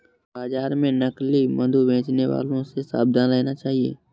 बाजार में नकली मधु बेचने वालों से सावधान रहना चाहिए